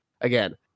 again